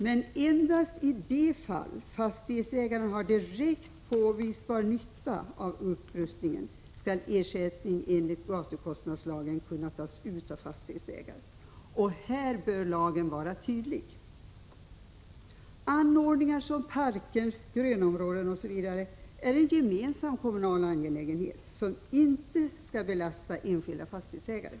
Men endast i de fall fastighetsägaren har direkt påvisbar nytta av en upprustning skall ersättning enligt gatukostnadslagen kunna tas ut av fastighetsägaren. Här bör lagen vara tydlig. Anordningar som parker, grönområden osv. är en gemensam kommunal angelägenhet, som inte skall belasta enskilda fastighetsägare.